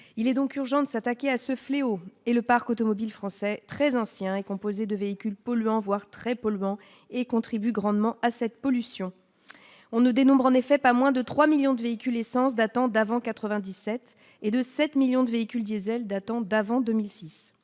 il est donc urgent de s'attaquer à ce fléau et le parc automobile français très ancien, composée de véhicules polluants voire très polluant et contribue grandement à cette pollution. On ne dénombre en effet pas moins de 3 millions de véhicules essence datant d'avant 97 et de 7 millions de véhicules diésel datant d'avant 2006,